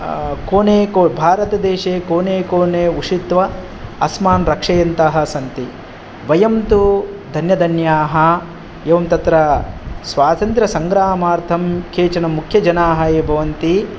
कोणे को भारतदेशे कोणे कोणे उषित्वा अस्मान् रक्षयन्तः सन्ति वयं तु धन्यधन्याः एवं तत्र स्वातन्त्र्यसङ्ग्रामार्थं केचन मुख्यजनाः ये भवन्ति